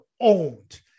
owned